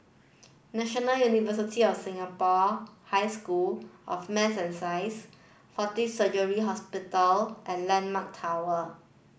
National University of Singapore High School of Math and Science Fortis Surgical Hospital and Landmark Tower